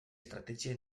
estratègia